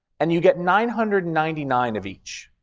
and you get nine hundred and ninety nine of each.